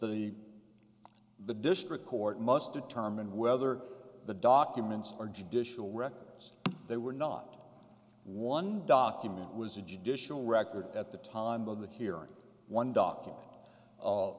easy the district court must determine whether the documents or judicial records there were not one document was a judicial record at the time of the hearing one document